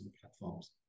platforms